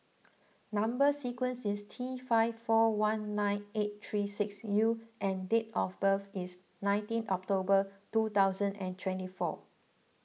Number Sequence is T five four one nine eight three six U and date of birth is nineteen October two thousand and twenty four